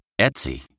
Etsy